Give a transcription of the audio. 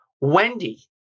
Wendy